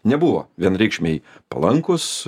nebuvo vienareikšmiai palankūs